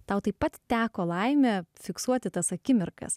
tau taip pat teko laimė fiksuoti tas akimirkas